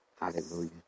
Hallelujah